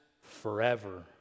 forever